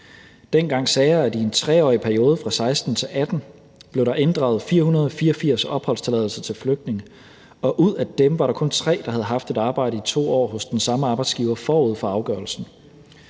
Dengang sagde jeg, at i en 3-årig periode fra 2016-2018 blev der inddraget 484 opholdstilladelser til flygtninge, og ud af dem var der kun 3, der havde haft et arbejde i 2 år hos den samme arbejdsgiver forud for afgørelsen.